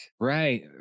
Right